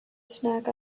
snack